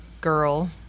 girl